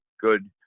good